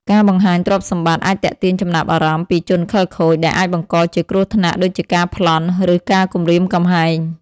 ការបង្ហាញទ្រព្យសម្បត្តិអាចទាក់ទាញចំណាប់អារម្មណ៍ពីជនខិលខូច ដែលអាចបង្កជាគ្រោះថ្នាក់ដូចជាការប្លន់ ឬការគំរាមកំហែង។